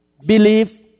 believe